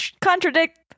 contradict